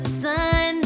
sun